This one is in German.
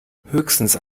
höchstens